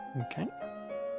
Okay